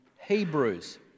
Hebrews